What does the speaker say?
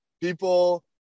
People